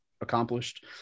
accomplished